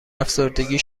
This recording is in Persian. افسردگی